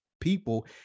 people